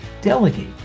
delegate